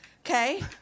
Okay